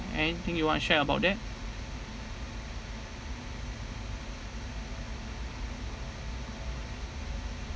anything you want to share about that